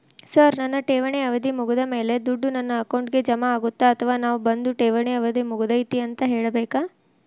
Sir ನನ್ನ ಠೇವಣಿ ಅವಧಿ ಮುಗಿದಮೇಲೆ, ದುಡ್ಡು ನನ್ನ ಅಕೌಂಟ್ಗೆ ಜಮಾ ಆಗುತ್ತ ಅಥವಾ ನಾವ್ ಬಂದು ಠೇವಣಿ ಅವಧಿ ಮುಗದೈತಿ ಅಂತ ಹೇಳಬೇಕ?